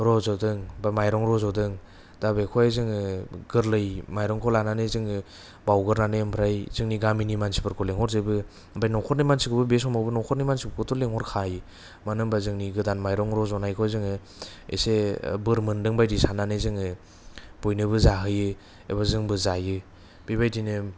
रजदों बा माइरं रजदों दा बेखौहाय जोङो गोरलै माइरंखौ लानानै जोङो बाउगोरनानै ओमफ्राय जोंनि गामिनि मानसिफोरखौ लिंहरजोबो ओमफ्राय न'खरनि मानसिखौबो बे समावबो नखरनि मानसिफोरखौबोथ' लिंहरखायो मानो होनोब्ला जोंनि गोदान माइरं रंजानायखौ जोङो एसे बोर मोनदों बायदि साननानै जोङो बयनोबो जाहोयो एबा जोंबो जायो बेबादिनो